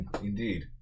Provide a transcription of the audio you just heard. indeed